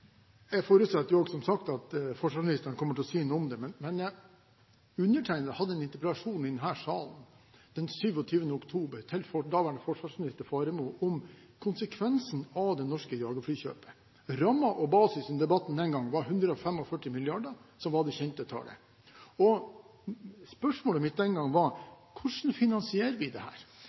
Jeg forutsetter også, som sagt, at forsvarsministeren kommer til å si noe om det. Undertegnede hadde en interpellasjon i denne salen den 27. oktober til daværende forsvarsminister Faremo om konsekvensen av det norske jagerflykjøpet. Rammen og basisen i debatten den gang var 145 mrd. kr, som var det kjente tallet. Spørsmålet mitt den gangen var: Hvordan finansierer vi